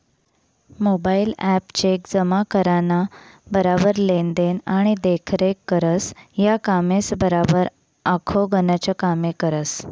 mobile app cheque जमा कराना बराबर लेन देन आणि देखरेख करस, या कामेसबराबर आखो गनच कामे करस